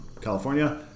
California